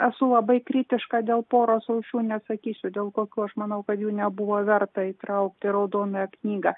esu labai kritiška dėl poros rūšių nesakysiu dėl kokių aš manau kad jų nebuvo verta įtraukti į raudonąją knygą